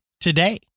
today